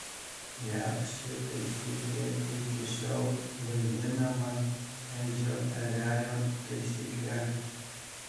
jav ši taisyklė iki šiol vaidinama edžio erelio taisykle